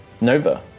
Nova